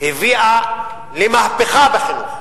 הביאה תוך חמש שנים למהפכה בחינוך.